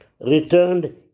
returned